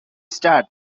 stud